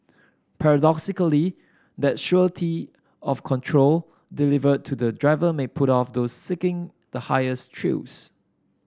paradoxically that surety of control delivered to the driver may put off those seeking the highest thrills